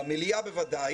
במליאה בוודאי